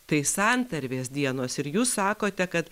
tai santarvės dienos ir jūs sakote kad